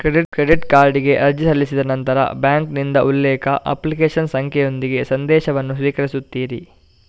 credit ಕಾರ್ಡಿಗೆ ಅರ್ಜಿ ಸಲ್ಲಿಸಿದ ನಂತರ ಬ್ಯಾಂಕಿನಿಂದ ಉಲ್ಲೇಖ, ಅಪ್ಲಿಕೇಶನ್ ಸಂಖ್ಯೆಯೊಂದಿಗೆ ಸಂದೇಶವನ್ನು ಸ್ವೀಕರಿಸುತ್ತೀರಿ